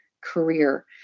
career